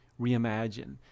reimagine